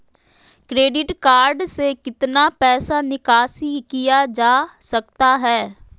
Credit card से कितना पैसा निकासी किया जा सकता है?